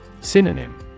Synonym